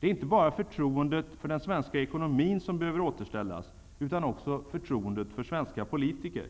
Det är inte bara förtroendet för den svenska ekonomin som behöver återställas utan också förtroendet för svenska politiker.